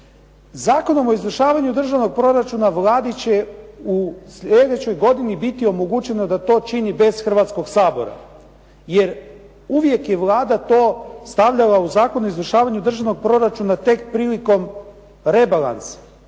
Zakonom o izvršavanju državnog proračuna Vladi će u slijedećoj godini biti omogućeno da to čini bez Hrvatskog sabora jer uvijek je Vlada to stavljala u Zakon o izvršavanju državnog proračuna tek prilikom rebalansa.